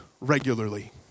regularly